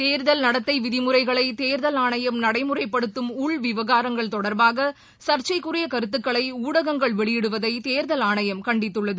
தேர்தல் நடத்தை விதிமுறைகளை தேர்தல் உள்விவகாரங்கள் தொடர்பாக சர்ச்சைக்குரிய கருத்துக்களை ஊடகங்கள் வெளியிடுவதை தேர்தல் ஆணையம் கண்டித்துள்ளது